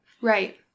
Right